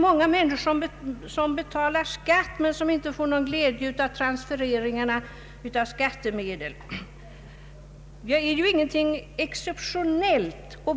Många människor betalar skatt men får ingen glädje av transfereringarna av skattemedel. Det här är alltså ingenting exceptionellt.